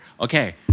Okay